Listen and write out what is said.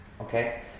okay